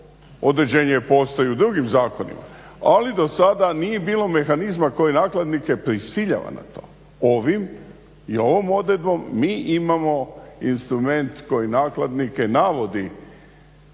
određenje postoji i u drugim zakonima, ali do sada nije bilo mehanizma koji nakladnike prisiljava na to. Ovim i ovom odredbom mi imamo instrument koji nakladnike navodi